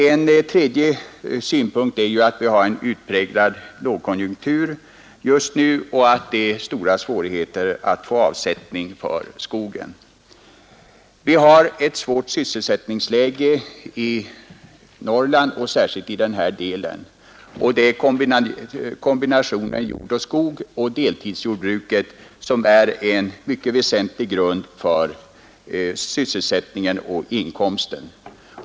En tredje synpunkt är att vi har en utpräglad lågkonjunktur just nu och att det är stora svårigheter att få avsättning för skogen. Vi har ett svårt sysselsättningsläge i Norrland och särskilt i övre Norrland. Kombinationen jordoch skogsbruk eller deltidsjordbruk är en mycket väsentlig grund för sysselsättningen och inkomsten.